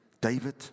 David